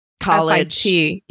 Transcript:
college